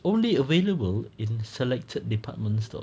only available in selected department stores